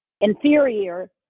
Inferior